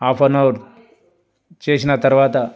half an hour చేసిన తర్వాత